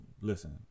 listen